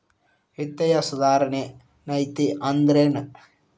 ವಿತ್ತೇಯ ಸುಧಾರಣೆ ನೇತಿ ಅಂದ್ರೆನ್